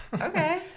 okay